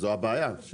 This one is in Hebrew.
זאת הבעיה.